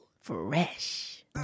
Fresh